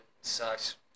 Sucks